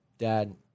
Dad